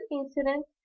incident